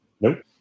Nope